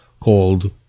called